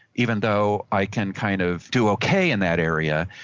even though i can kind of do okay in that area.